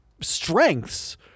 strengths